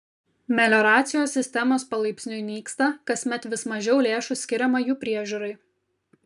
melioracijos sistemos palaipsniui nyksta kasmet vis mažiau lėšų skiriama jų priežiūrai